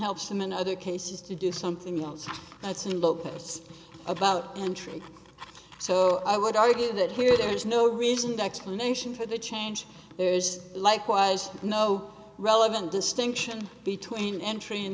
helps them in other cases to do something else that's invoked it's about entry so i would argue that where there is no reason to explanation for the change there's likewise no relevant distinction between entry in